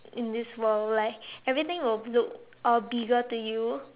in this world like everything will look uh bigger to you